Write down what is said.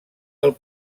del